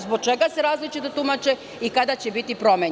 Zbog čega se različito tumače i kada će biti promenjeni.